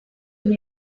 real